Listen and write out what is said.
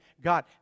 God